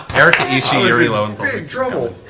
erika ishii, yuri lowenthal.